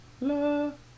Love